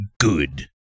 Good